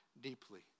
deeply